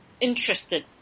interested